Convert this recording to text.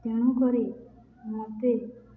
ତେଣୁକରି ମୋତେ